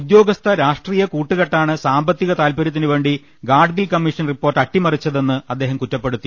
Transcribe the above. ഉദ്യോ ഗസ്ഥ രാഷ്ട്രീയ കൂട്ടുകെട്ടാണ് സാമ്പത്തിക താൽപര്യത്തിനുവേണ്ടി ഗാഡ്ഗിൽ കമ്മീഷൻ റിപ്പോർട്ട് അട്ടിമറിച്ചതെന്ന് അദ്ദേഹം കുറ്റപ്പെടുത്തി